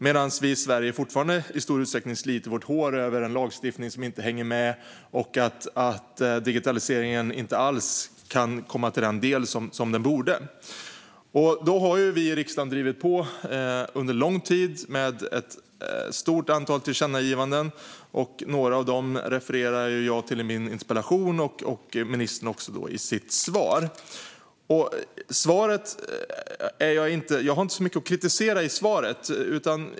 Vi i Sverige sliter fortfarande i stor utsträckning vårt hår över en lagstiftning som inte hänger med. Digitaliseringen kommer oss inte alls till del på det sätt den borde. Vi har i riksdagen under lång tid drivit på med ett stort antal tillkännagivanden. Några av dem refererar jag till i min interpellation, liksom ministern i sitt svar. Jag har inte så mycket att kritisera i svaret.